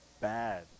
bad